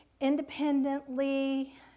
independently